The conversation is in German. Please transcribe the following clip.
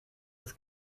das